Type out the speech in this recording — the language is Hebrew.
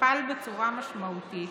תוכפל בצורה משמעותית,